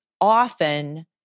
often